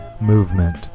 movement